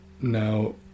Now